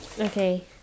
okay